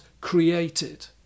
created